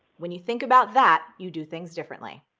when you think about that, you do things differently.